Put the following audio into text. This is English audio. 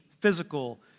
physical